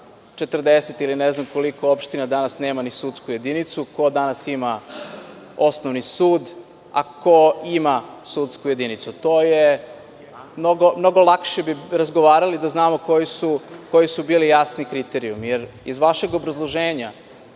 40 ili ne znam koliko opština danas nema ni sudsku jedinicu, ko danas ima osnovni sud, a ko ima sudsku jedinicu. Mnogo lakše bi razgovarali da znamo koji su bili kriterijumi. Iz vašeg obrazloženja,